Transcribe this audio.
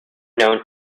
known